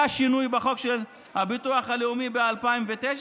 היה שינוי בחוק הביטוח הלאומי ב-2009,